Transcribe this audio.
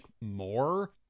more